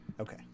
Okay